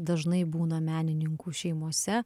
dažnai būna menininkų šeimose